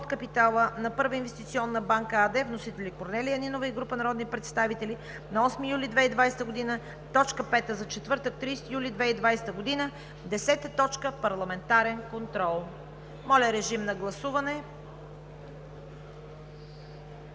Моля, режим на гласуване